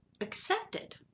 accepted